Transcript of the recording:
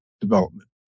development